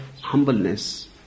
humbleness